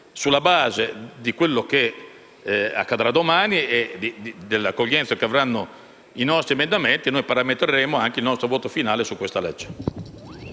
sulla base di quanto accadrà domani e dell'accoglienza che riceveranno i nostri emendamenti, noi parametreremo il nostro voto finale su questo